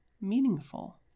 meaningful